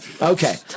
Okay